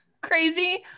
crazy